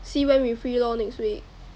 see when we free lor next week